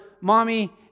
mommy